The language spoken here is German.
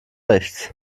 rechts